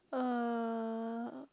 uh